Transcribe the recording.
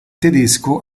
tedesco